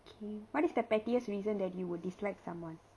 K what is the pettiest reason that you would dislike someone